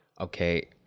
okay